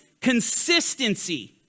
consistency